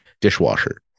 dishwasher